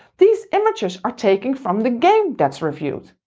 these images are taken from the game that's reviewed,